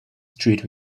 street